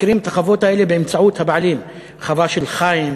מכירים את החוות האלה באמצעות הבעלים: החווה של חיים,